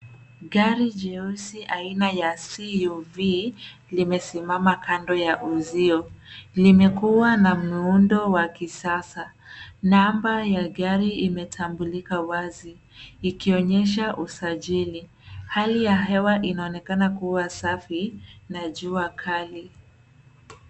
Gari jeusi aina ya SUV limesimama kando ya uzio. Limekuwa na muundo wa kisasa. Namba ya gari imetambulika wazi ikionyesha usajili. Hali ya hewa inaonekana kuwa safi na jua kali.